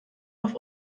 auf